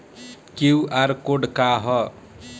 QR code का ह?